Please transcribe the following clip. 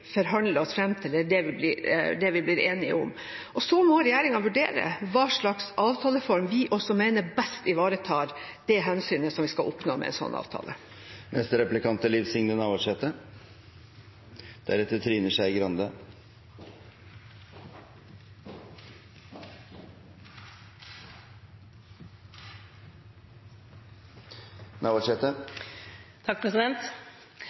oss fram til, det vi blir enige om. Så må regjeringen vurdere hva slags avtaleform vi mener best ivaretar det hensynet vi skal oppnå med en slik avtale.